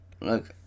Look